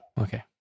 okay